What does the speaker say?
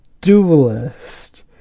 duelist